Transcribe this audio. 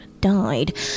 died